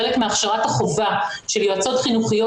חלק מהכשרת החובה של יועצות חינוכיות